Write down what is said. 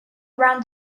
around